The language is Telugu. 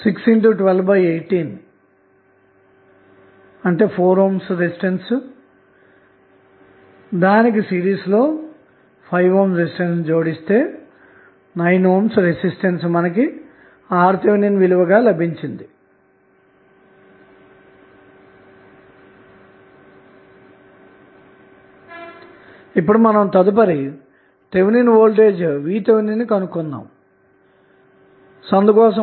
కాబట్టి RThవిలువ RTh236||12561218 9 అవుతుందన్నమాట ఇప్పుడు తదుపరి థెవినిన్ వోల్టేజ్ VThను కనుగొందాము